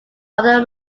other